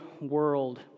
world